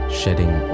shedding